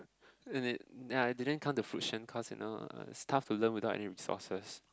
and it ya didn't come to fruition cause you know uh it's tough to learn without any resources